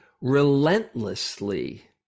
relentlessly